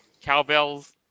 Cowbells